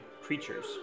creatures